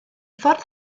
ffordd